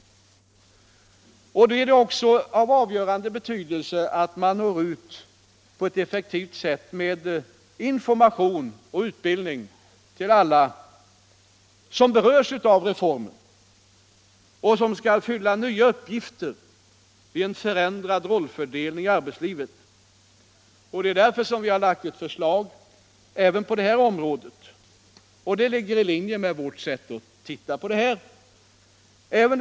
Det har då avgörande betydelse att man når ut på ett effektivt sätt med information och utbildning till alla som berörs av reformen och som skall fylla nya uppgifter vid en förändrad rollfördelning i arbetslivet. Det är därför vi har lagt fram ett förslag även på det området, och det ligger i linje med vårt sätt att se på de här tingen.